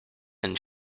and